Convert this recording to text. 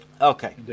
okay